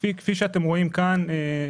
כפי שאתם רואים כאן,